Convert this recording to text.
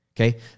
okay